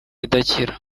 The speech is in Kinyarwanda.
idakira